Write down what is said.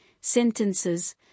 sentences